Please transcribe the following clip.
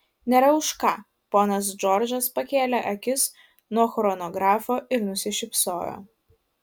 nėra už ką ponas džordžas pakėlė akis nuo chronografo ir nusišypsojo